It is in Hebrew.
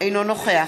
אינו נוכח